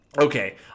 okay